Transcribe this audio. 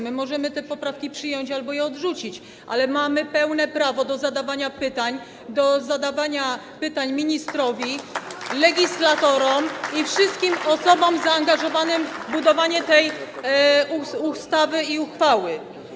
Możemy te poprawki przyjąć albo je odrzucić, ale mamy pełne prawo do zadawania pytań: do zadawania pytań ministrowi, legislatorom i wszystkim osobom zaangażowanym w budowanie tej ustawy i uchwały.